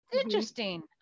interesting